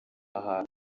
aha